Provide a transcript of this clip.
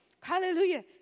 Hallelujah